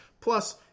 Plus